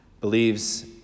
believes